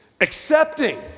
accepting